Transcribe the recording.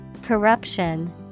Corruption